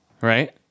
Right